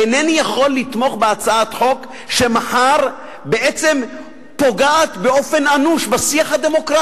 אינני יכול לתמוך בהצעת חוק שמחר בעצם פוגעת בשיח הדמוקרטי.